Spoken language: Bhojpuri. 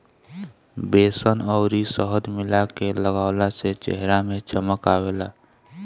बेसन अउरी शहद मिला के लगवला से चेहरा में चमक आवेला